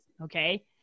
okay